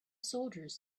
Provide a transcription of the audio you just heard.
soldiers